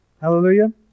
Hallelujah